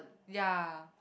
ya